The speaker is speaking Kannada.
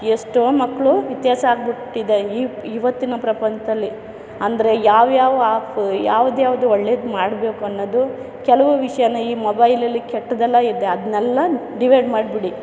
ಎಷ್ಟೋ ಮಕ್ಕಳು ಆಗ್ಬಿಟ್ಟಿದೆ ಇವತ್ತಿನ ಪ್ರಪಂಚದಲ್ಲಿ ಅಂದರೆ ಯಾವ್ಯಾವ ಆಪು ಯಾವುದ್ಯಾವ್ದು ಒಳ್ಳೇದು ಮಾಡಬೇಕು ಅನ್ನೋದು ಕೆಲವು ವಿಷ್ಯನ ಈ ಮೊಬೈಲಲ್ಲಿ ಕೆಟ್ಟದ್ದೆಲ್ಲ ಇದೆ ಅದನ್ನೆಲ್ಲ ಡಿವೈಡ್ ಮಾಡಿಬಿಡಿ